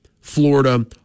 Florida